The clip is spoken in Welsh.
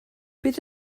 beth